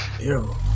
Ew